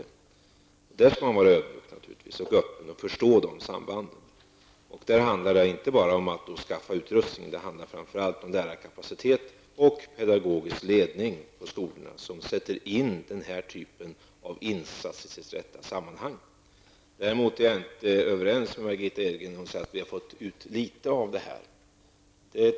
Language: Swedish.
I detta sammanhang skall man naturligtvis vara ödmjuk och öppen och förstå dessa samband. Då handlar det inte bara om att skaffa utrustning, utan det handlar framför allt om lärarkapacitet och pedagogisk ledning på skolorna, så att den här typen av insatser sätts in i sitt rätta sammanhang. Däremot är jag inte överens med Margitta Edgren när hon säger att vi har fått ut litet av detta.